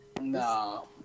No